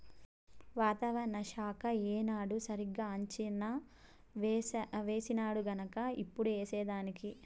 వాతావరణ శాఖ ఏనాడు సరిగా అంచనా వేసినాడుగన్క ఇప్పుడు ఏసేదానికి